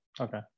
Okay